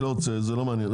זה לא מעניין.